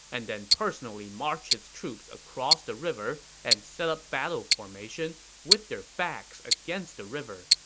and then personally marched his troops across the river and set up battle formation with their backs against the river,